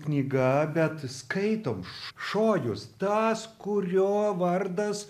knyga bet skaitom šojus tas kurio vardas